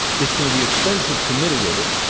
it's going to be expensive to mitigate it,